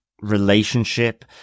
relationship